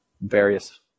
various